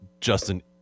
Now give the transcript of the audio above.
justin